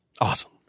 Awesome